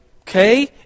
okay